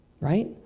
right